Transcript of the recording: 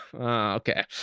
Okay